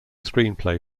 screenplay